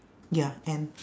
ya end